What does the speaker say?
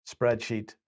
spreadsheet